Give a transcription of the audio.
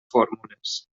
fórmules